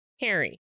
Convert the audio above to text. Harry